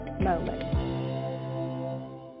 moment